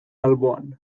alboan